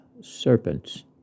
serpents